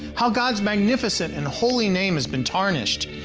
how god's magnificent and holy name has been tarnished.